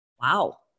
Wow